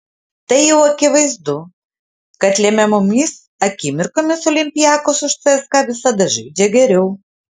tai jau akivaizdu kad lemiamomis akimirkomis olympiakos už cska visada žaidžia geriau